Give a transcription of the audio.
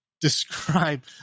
describe